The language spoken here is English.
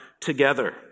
together